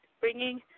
bringing